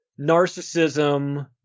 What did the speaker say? narcissism